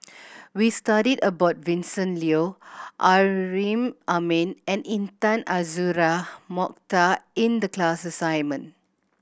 we studied about Vincent Leow Amrin Amin and Intan Azura Mokhtar in the class assignment